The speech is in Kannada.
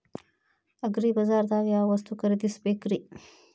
ಅಗ್ರಿಬಜಾರ್ದಾಗ್ ಯಾವ ವಸ್ತು ಖರೇದಿಸಬೇಕ್ರಿ?